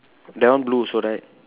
that one blue also right